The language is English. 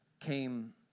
came